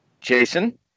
Jason